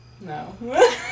No